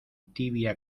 tibia